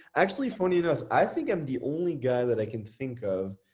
actually funny enough, i think i'm the only guy that i can think of.